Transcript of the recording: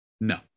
no